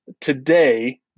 today